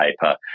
paper